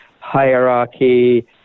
hierarchy